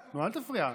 נו, אל תפריע.